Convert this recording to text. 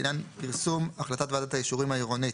לעניין פרסום החלטת ועדת האישורים העירונית.